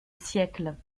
siècle